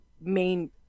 main